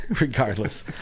Regardless